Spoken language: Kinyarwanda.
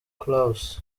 claus